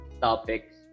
topics